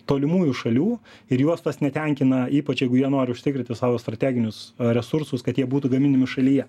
tolimųjų šalių ir juostos netenkina ypač jeigu jie nori užtikrinti savo strateginius resursus kad jie būtų gaminami šalyje